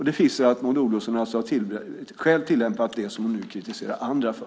Det visar att Maud Olofsson själv alltså har tillämpat det som hon nu kritiserar andra för.